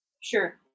Sure